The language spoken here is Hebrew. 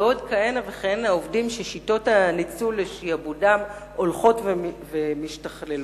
ועוד כהנה וכהנה עובדים ששיטות הניצול לשעבודם הולכות ומשתכללות.